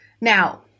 Now